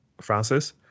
Francis